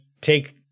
take